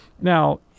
now